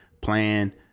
plan